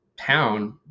town